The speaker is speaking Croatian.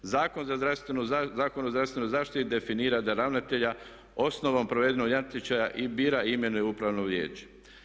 Zakon o zdravstvenoj zaštiti definira da ravnatelja osnovnom provedenog natječaja i bira i imenuje upravno vijeće.